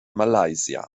malaysia